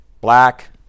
black